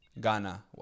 Ghana